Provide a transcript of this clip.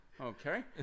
okay